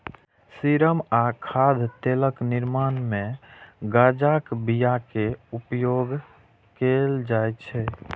serum आ खाद्य तेलक निर्माण मे गांजाक बिया के उपयोग कैल जाइ छै